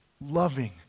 loving